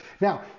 now